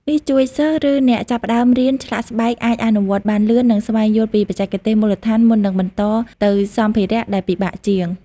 នេះជួយសិស្ស ឬអ្នកចាប់ផ្ដើមរៀនឆ្លាក់ស្បែកអាចអនុវត្តបានលឿន និងស្វែងយល់ពីបច្ចេកទេសមូលដ្ឋានមុននឹងបន្តទៅសម្ភារៈដែលពិបាកជាង។